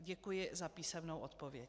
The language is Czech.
Děkuji za písemnou odpověď.